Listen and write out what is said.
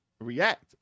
react